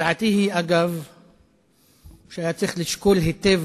דעתי היא שהיה צריך לשקול היטב,